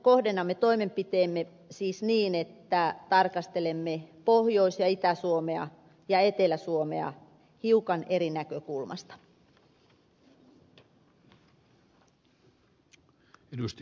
kohdennamme toimenpiteemme siis niin että tarkastelemme pohjois ja itä suomea ja etelä suomea hiukan eri näkökulmasta